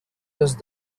just